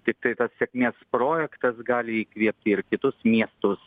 tiktai tas sėkmės projektas gali įkvėpti ir kitus miestus